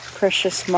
precious